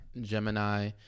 Gemini